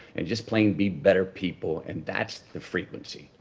and just plain be better people. and that's the frequency.